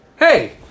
Hey